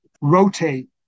rotate